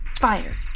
Fire